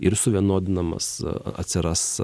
ir suvienodinamas atsiras